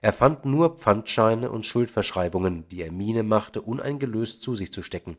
er fand nur pfandscheine und schuldverschreibungen die er miene machte uneingelöst zu sich zu stecken